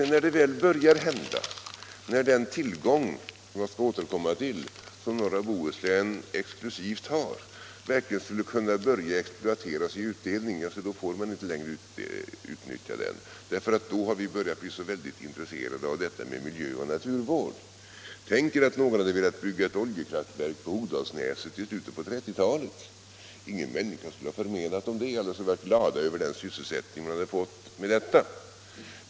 När det väl började hända saker, när den tillgång — jag skall återkomma stimulerande åtgärder i norra Bohuslän till den — som norra Bohuslän exklusivt har verkligen skulle kunna börja exploateras och ge utdelning, då får man inte längre utnyttja den för då har vi börjat bli så väldigt intresserade av detta med miljöoch naturvård. Tänk er att någon hade velat bygga ett oljekraftverk på Hogdalsnäset i slutet av 1930-talet. Ingen människa skulle ha förmenat dem det, alla skulle ha varit glada över den sysselsättning man fått.